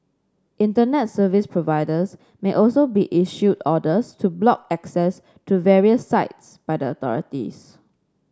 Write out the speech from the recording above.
Internet Service Providers may also be issued orders to block access to various sites by the authorities